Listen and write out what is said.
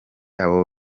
abo